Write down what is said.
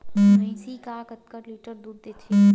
भंइसी हा कतका लीटर दूध देथे?